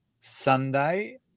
Sunday